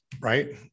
right